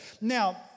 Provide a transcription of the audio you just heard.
Now